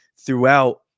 throughout